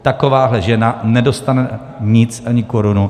Takováhle žena nedostane nic, ani korunu.